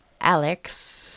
Alex